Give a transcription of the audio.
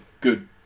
good